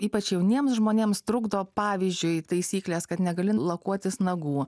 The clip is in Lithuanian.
ypač jauniems žmonėms trukdo pavyzdžiui taisyklės kad negali lakuotis nagų